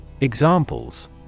Examples